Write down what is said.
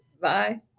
Bye